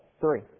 Three